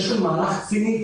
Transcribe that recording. יש כאן מהלך ציני,